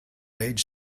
age